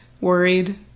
worried